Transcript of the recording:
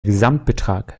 gesamtbetrag